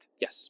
yes